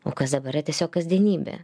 o kas dabar yra tiesiog kasdienybė